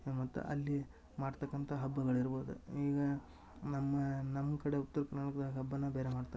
ಮತ್ತು ಅಲ್ಲಿ ಮಾಡ್ತಕ್ಕಂಥ ಹಬ್ಬಗಳು ಇರ್ಬೌದ ಈಗ ನಮ್ಮ ನಮ್ಕಡೆ ಉತ್ರ್ಕರ್ನಾಟಕದಾಗ್ ಹಬ್ಬನ ಬೇರೆ ಮಾಡ್ತರ